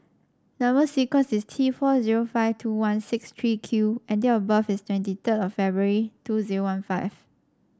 number sequence is T four zero five two one six three Q and date of birth is twenty third of February two zero one five